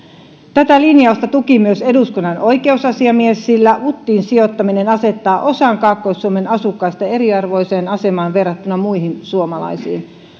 tätä linjausta tuki myös eduskunnan oikeusasiamies sillä uttiin sijoittaminen asettaa osan kaakkois suomen asukkaista eriarvoiseen asemaan verrattuna muihin suomalaisiin